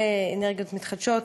ואנרגיות מתחדשות.